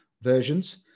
versions